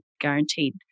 guaranteed